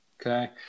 Okay